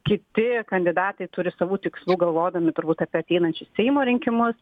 kiti kandidatai turi savų tikslų galvodami turbūt apie ateinančius seimo rinkimus